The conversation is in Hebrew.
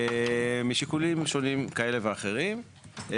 משיקולים שונים כאלה ואחרים.